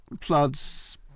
floods